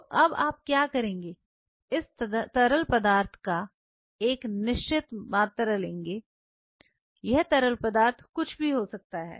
तो अब आप क्या करेंगे इस तरल पदार्थ का एक निश्चित मात्रा लेंगे यह तरल पदार्थ कुछ भी हो सकता है